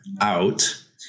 out